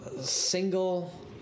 single